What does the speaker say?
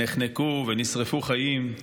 נחנקו ונשרפו חיים.